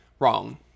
Wrong